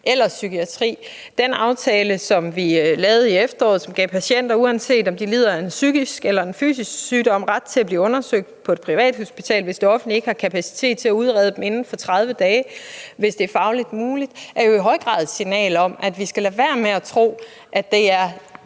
eller psykiatri. Den aftale, som vi lavede i efteråret, og som gav patienter, uanset om de lider af en psykisk eller fysisk sygdom, ret til at blive undersøgt på et privathospital, hvis det offentlige ikke har kapacitet til at udrede dem inden for 30 dage, og hvis det er fagligt muligt, er jo i høj grad et signal om, at vi skal lade være med at tro, at det er